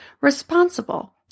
responsible